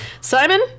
Simon